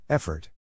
Effort